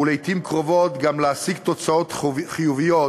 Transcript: ולעתים קרובות גם להשיג תוצאות חיוביות